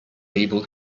able